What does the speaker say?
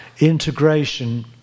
Integration